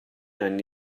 anni